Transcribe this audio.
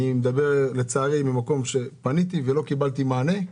אני אומר את זה, כי אני פניתי ולא קיבלתי מענה.